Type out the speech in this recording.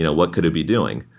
you know what could it be doing?